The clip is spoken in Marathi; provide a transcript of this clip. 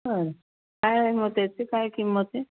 हां काय आहे मग त्याची काय किंमत आहे